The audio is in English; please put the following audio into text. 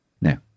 Now